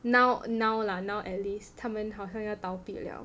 now now lah now at least 他们好像要倒闭了